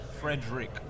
Frederick